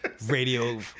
Radio